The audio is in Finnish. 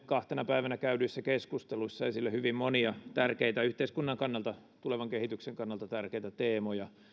kahtena päivänä käydyissä keskusteluissa esille hyvin monia yhteiskunnan kannalta tulevan kehityksen kannalta tärkeitä teemoja